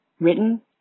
Written